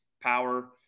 power